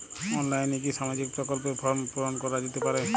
অনলাইনে কি সামাজিক প্রকল্পর ফর্ম পূর্ন করা যেতে পারে?